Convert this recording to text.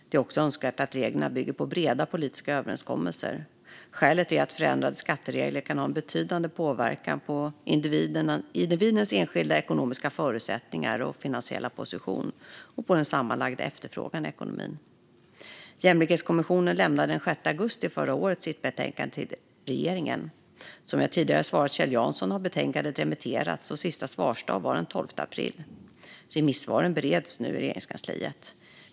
Det är också önskvärt att reglerna bygger på breda politiska överenskommelser. Skälet är att förändrade skatteregler kan ha en betydande påverkan både på individernas enskilda ekonomiska förutsättningar och finansiella position och på den sammanlagda efterfrågan i ekonomin. Jämlikhetskommissionen lämnade den 6 augusti förra året sitt betänkande till regeringen. Som jag tidigare svarat Kjell Jansson har betänkandet remitterats, och sista svarsdag var den 12 april. Remissvaren bereds nu i Regeringskansliet.